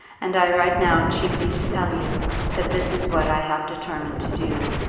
and i write now chiefly to tell you that this is what i have determined to do.